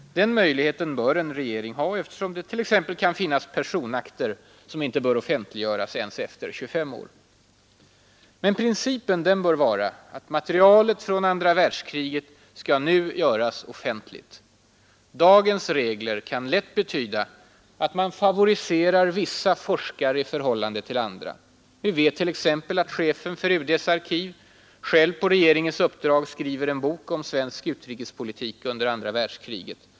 Den möjligheten bör en regering ha, eftersom det t.ex. kan finnas personakter som inte bör offentliggöras ens efter 25 år. Men principen bör vara att materialet från andra världskriget nu skall göras offentligt. Dagens regler kan lätt betyda att man favoriserar vissa forskare i förhållande till andra. Vi vet t.ex. att chefen för UD:s arkiv själv på regeringens uppdrag skriver en bok om svensk utrikespolitik under andra världskriget.